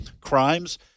crimes